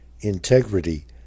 Integrity